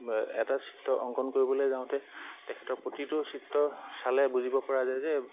এটা চিত্ৰ অংকন কৰিবলে যাওঁতে তেখেতৰ প্ৰতিটো চিত্ৰ চালে বুজিব পৰা যায় যে